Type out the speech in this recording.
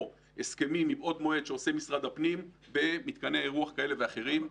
הסכמים מבעוד מועד שעושה משרד הפנים במתקני אירוח כאלה ואחרים.